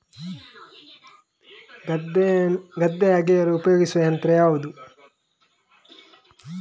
ಗದ್ದೆ ಅಗೆಯಲು ಉಪಯೋಗಿಸುವ ಯಂತ್ರ ಯಾವುದು?